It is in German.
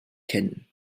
kennen